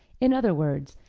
in other words,